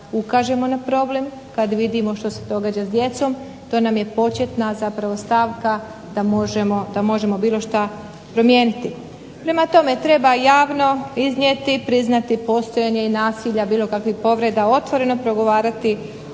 ukažemo na problem, kad vidimo što se događa s djecom, to nam je početna zapravo stavka da možemo bilo šta promijeniti. Prema tome treba javno iznijeti, priznati postojanje i nasilja, bilo kakvih povreda, otvoreno progovarati